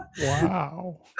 Wow